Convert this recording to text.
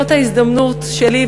זאת ההזדמנות שלי,